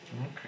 Okay